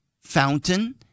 fountain